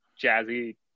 jazzy